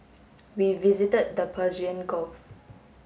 we visited the Persian Gulf